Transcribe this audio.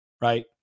right